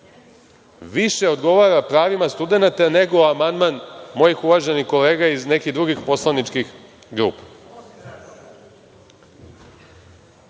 više odgovara pravila studenata nego amandman mojih uvaženih kolega iz nekih drugih poslaničkih grupa.